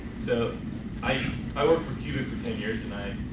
so i i worked for cubic for ten years and i